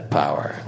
power